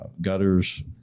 gutters